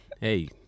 hey